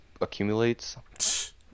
accumulates